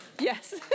Yes